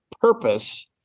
purpose